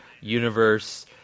universe